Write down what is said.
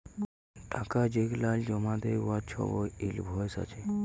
টাকা যেগলাল জমা দ্যায় উয়ার ছবই ইলভয়েস আছে